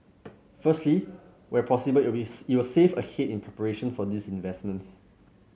firstly where possible it will save ahead in preparation for these investments